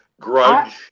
Grudge